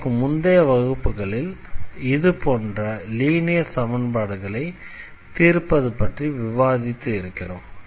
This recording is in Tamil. இதற்கு முந்தைய வகுப்புகளில் இதுபோன்ற லீனியர் சமன்பாடுகளை தீர்ப்பது பற்றி விவாதித்து இருக்கிறோம்